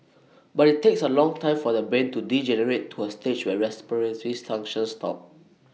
but IT takes A long time for the brain to degenerate to A stage where respiratory functions stop